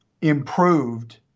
improved